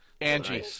Angie